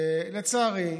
לצערי,